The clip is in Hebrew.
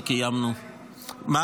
וקיימנו --- תגיד: